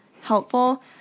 helpful